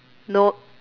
know